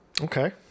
Okay